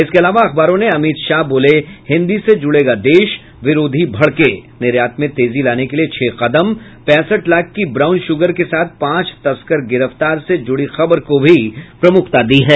इसके अलावा अखबारों ने अमित शाह बोले हिंदी से जुड़ेगा देश विरोधी भड़के निर्यात में तेजी लाने के लिये छह कदम पैंसठ लाख की ब्राउन शुगर के साथ पांच तस्कर गिरफ्तार से जुड़ी खबर को भी प्रमुखता दी है